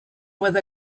with